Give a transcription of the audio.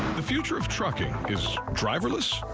the future of trucking is driverless.